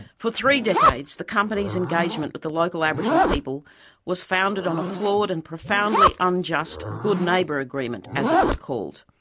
for three decades, the company's engagement with the local aboriginal people was founded on a flawed and profoundly unjust good neighbour agreement, as it was called.